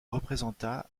représenta